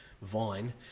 vine